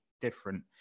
different